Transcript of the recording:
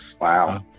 Wow